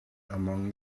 among